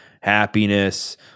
happiness